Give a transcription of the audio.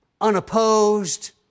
unopposed